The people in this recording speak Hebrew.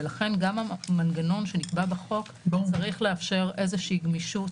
ולכן גם המנגנון שנקבע בחוק צריך לאפשר איזושהי גמישות